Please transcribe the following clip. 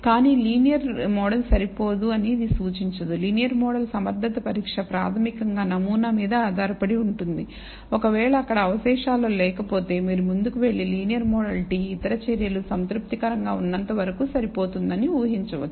కానీ linear model సరిపోదు అని ఇది సూచించదు లీనియర్ మోడల్ సమర్ధత పరీక్ష ప్రాథమికంగా నమూనా మీద ఆధారపడి ఉంటుంది ఒకవేళ అక్కడ అవశేషాల్లో లేకపోతే మీరు ముందుకు వెళ్లి లీనియర్ మోడల్ t ఇతర చర్యల సంతృప్తికరంగా ఉన్నంతవరకూ సరిపోతుందని ఊహించవచ్చు